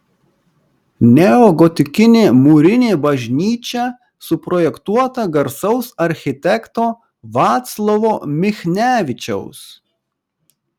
neogotikinė mūrinė bažnyčia suprojektuota garsaus architekto vaclovo michnevičiaus